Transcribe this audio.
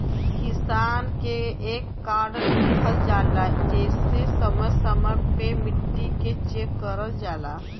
किसान के एक कार्ड दिहल जाला जेसे समय समय पे मट्टी के चेक करल जाला